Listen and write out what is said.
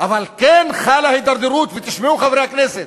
אבל כן חלה הידרדרות, ותשמעו, חברי הכנסת,